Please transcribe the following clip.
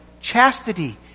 chastity